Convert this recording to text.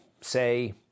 say